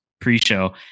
pre-show